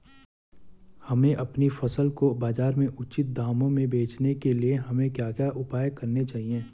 हमें अपनी फसल को बाज़ार में उचित दामों में बेचने के लिए हमें क्या क्या उपाय करने चाहिए?